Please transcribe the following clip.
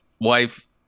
wife